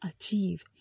achieve